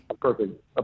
perfect